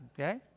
Okay